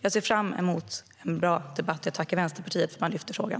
Jag ser fram emot en bra debatt. Och jag tackar Vänsterpartiet för att de har lyft upp frågan.